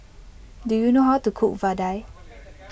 do you know how to cook Vadai